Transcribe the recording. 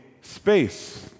space